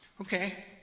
Okay